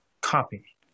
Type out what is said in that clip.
copy